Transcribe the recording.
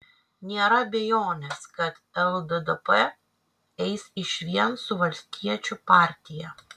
nėra abejonės kad lddp eis išvien su valstiečių partija